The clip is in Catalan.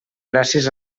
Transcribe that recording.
gràcies